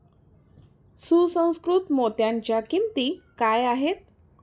सुसंस्कृत मोत्यांच्या किंमती काय आहेत